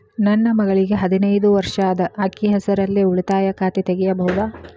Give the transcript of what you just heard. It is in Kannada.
ನನ್ನ ಮಗಳಿಗೆ ಹದಿನೈದು ವರ್ಷ ಅದ ಅಕ್ಕಿ ಹೆಸರಲ್ಲೇ ಉಳಿತಾಯ ಖಾತೆ ತೆಗೆಯಬಹುದಾ?